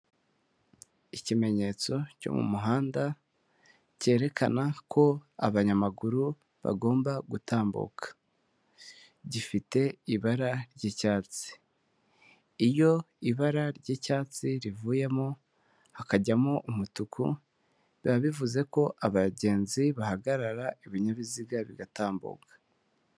Ikimenyetso cyo mu muhanda cyerekana ko abanyamaguru bagomba gutambuka gifite ibara ry'icyatsi, iyo ibara ry'icyatsi rivuyemo hakajyamo umutuku biba bivuze ko abagenzi bahagarara ibinyabiziga bigatambuka.